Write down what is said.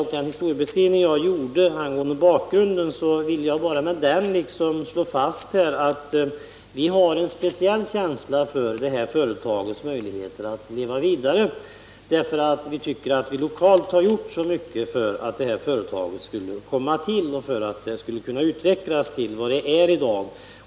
Med den historieskrivning jag gjorde i mitt inledningsanförande ville jag slå fast att vi i Arvika har en speciell känsla för Ero-Frys och dess möjligheter att leva vidare, eftersom vi tycker att vi lokalt har gjort så mycket för att företaget skulle kunna etableras och utvecklas till vad det är i dag.